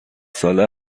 ساله